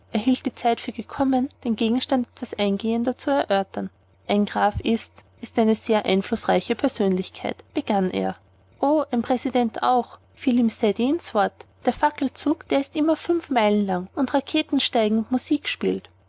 hielt die zeit für gekommen den gegenstand etwas eingehender zu erörtern ein graf ist ist eine sehr einflußreiche persönlichkeit begann er o ein präsident auch fiel ihm ceddie ins wort der fackelzug der ist immer fünf meilen lang und raketen steigen und musik spielt